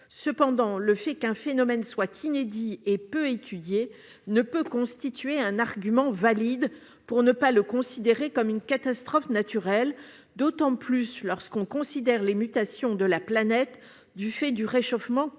terme. Le fait qu'un phénomène soit inédit et peu étudié ne peut pas constituer un argument valide pour refuser de le considérer comme une catastrophe naturelle, à plus forte raison eu égard aux mutations de la planète du fait du réchauffement climatique.